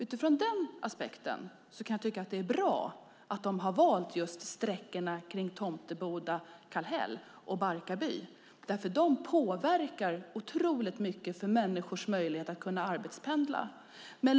Utifrån den aspekten kan jag tycka att det är bra att de har valt just sträckorna kring Tomteboda, Kallhäll och Barkarby, för de påverkar människors möjlighet att arbetspendla otroligt mycket.